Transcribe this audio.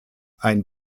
ein